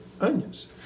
onions